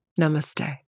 Namaste